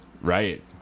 Right